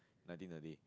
nineteen a day